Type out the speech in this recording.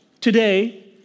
today